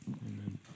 Amen